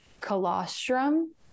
colostrum